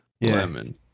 Lemon